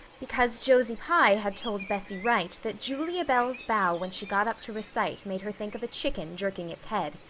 because josie pye had told bessie wright that julia bell's bow when she got up to recite made her think of a chicken jerking its head,